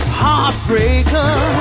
heartbreaker